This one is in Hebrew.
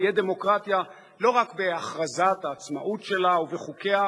תהיה דמוקרטיה לא רק בהכרזת העצמאות שלה ובחוקיה,